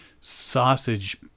sausage